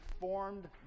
formed